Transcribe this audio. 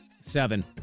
Seven